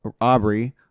Aubrey